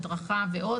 הדרכה ועוד